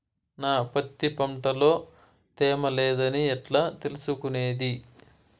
నా పత్తి పంట లో తేమ లేదని ఎట్లా తెలుసుకునేది?